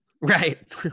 right